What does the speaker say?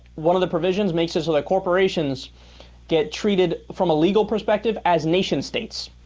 one of the provisions may sizzler corporations get treated from a legal perspective as nation states